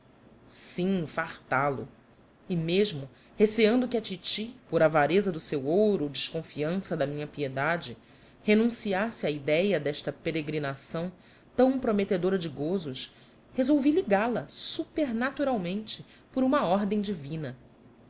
bandulho sim fartá lo e mesmo receando que a titi por avareza do seu ouro ou desconfiança da minha piedade renunciasse à idéia desta peregrinação tão prometedora de gozos resolvi ligá la supernaturalmente por uma ordem divina